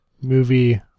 movie